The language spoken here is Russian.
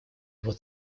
его